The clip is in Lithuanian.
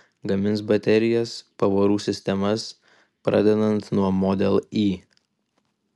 gamins baterijas pavarų sistemas pradedant nuo model y